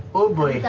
oh boy.